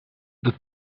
the